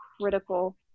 critical